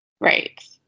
Right